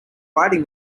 riding